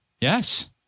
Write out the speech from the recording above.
Yes